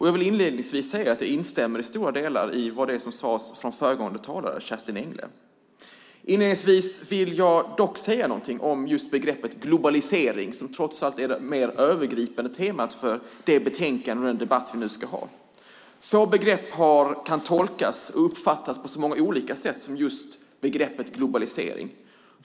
Jag vill instämma i stora delar av det som föregående talare Kerstin Engle sade. Jag vill inledningsvis säga något om begreppet globalisering, som trots allt är det övergripande temat för betänkandet och för den debatt som vi ska ha. Få begrepp kan tolkas och uppfattas på så många olika sätt som just begreppet globalisering.